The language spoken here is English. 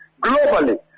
globally